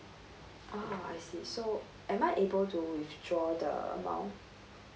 ah I see so am I able to withdraw the amount